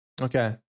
Okay